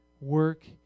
work